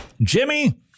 Jimmy